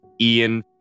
Ian